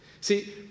See